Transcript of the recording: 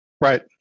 Right